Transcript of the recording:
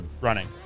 running